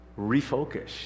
refocus